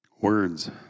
words